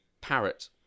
parrot